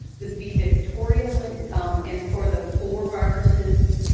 the b victoria like and um and for the four viruses,